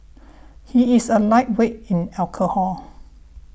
he is a lightweight in alcohol